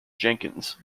jenkins